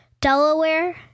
Delaware